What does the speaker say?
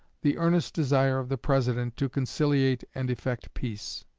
the earnest desire of the president to conciliate and effect peace.